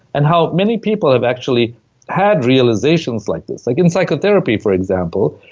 and how many people have actually had realizations like this. like in psychotherapy, for example,